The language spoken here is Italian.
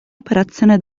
operazione